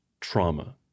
trauma